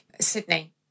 Sydney